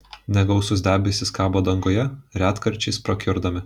negausūs debesys kabo danguje retkarčiais prakiurdami